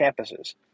campuses